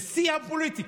זה שיא הפוליטיקה.